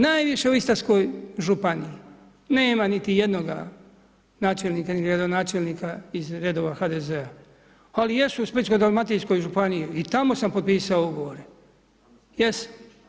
Najviše u Istarskoj županiji, nema niti jednoga načelnika ili gradonačelnika iz redova HDZ-a, ali jesu u Splitsko dalmatinskoj županiji i tamo sam potpisao ugovore, jesam.